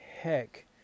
heck